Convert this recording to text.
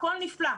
הכול נפלא,